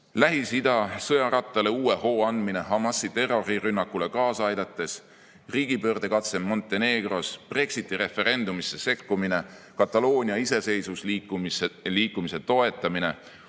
Lähis-Ida sõjarattale uue hoo andmine Ḩamāsi terrorirünnakule kaasa aidates, riigipöördekatse Montenegros, Brexiti referendumisse sekkumine, Kataloonia iseseisvusliikumise toetamine,